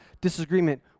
disagreement